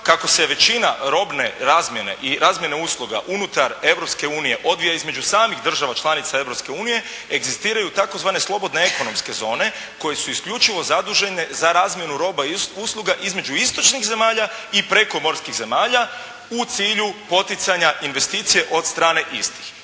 kako se većina robne razmjene i razmjene usluga unutar Europske unije odvija između samih država članica Europske unije, egzistiraju tzv. slobodne ekonomske zone koje su isključivo zadužene za razmjenu roba i usluga između istočnih zemalja i prekomorskih zemalja u cilju poticanja investicije od strane istih